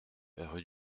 rue